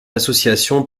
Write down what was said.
association